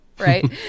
right